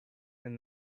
and